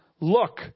look